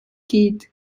kid